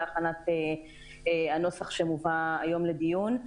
להכנת הנוסח שמובא היום לדיון.